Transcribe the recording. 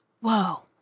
Whoa